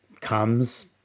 comes